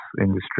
industry